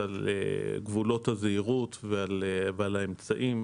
אז על גבולות הזהירות ועל האמצעים,